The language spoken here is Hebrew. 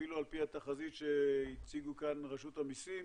אפילו על פי התחזית שהציגו כאן רשות המיסים,